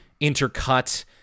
intercut